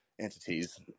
entities